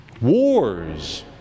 wars